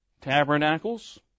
Tabernacles